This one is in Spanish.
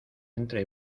entre